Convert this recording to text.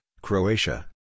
Croatia